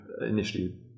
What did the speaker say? initially